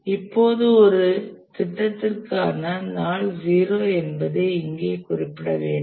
இப்போது ஒரு திட்டத்திற்கான நாள் 0 என்பதை இங்கே குறிப்பிட வேண்டும்